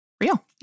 real